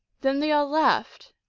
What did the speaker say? then they all laughed,